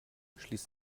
schließt